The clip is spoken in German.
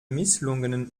misslungenen